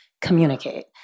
communicate